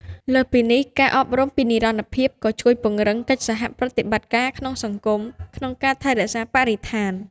លើសពីនេះ ការអប់រំអំពីនិរន្តរភាពក៏ជួយពង្រឹងកិច្ចសហប្រតិបត្តិការក្នុងសហគមន៍ក្នុងការថែរក្សាបរិស្ថាន។